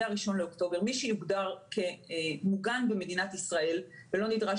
מה-1 באוקטובר מי שיוגדר כמוגן במדינת ישראל ולא נדרש